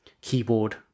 keyboard